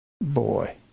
Boy